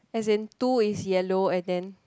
as in two is yellow and then